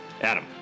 Adam